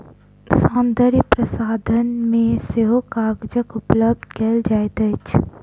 सौन्दर्य प्रसाधन मे सेहो कागजक उपयोग कएल जाइत अछि